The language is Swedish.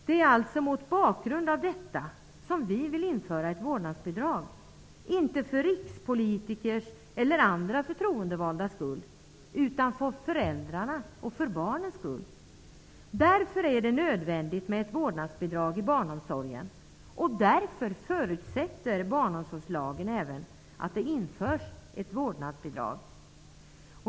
Det är alltså mot bakgrund av detta som vi vill införa ett vårdnadsbidrag, inte för rikspolitikers eller för andra förtroendevaldas skull utan för föräldrarnas och för barnens skull. Därför är det nödvändigt med ett vårdnadsbidrag. Även barnomsorgslagen förutsätter därför att det införs ett vårdnadsbidrag.